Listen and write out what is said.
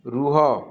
ରୁହ